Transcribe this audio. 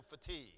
fatigue